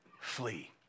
Flee